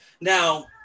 Now